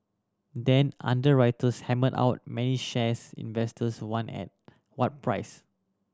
then underwriters hammer out many shares investors want and what price